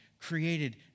created